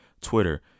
Twitter